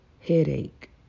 headache